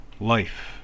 life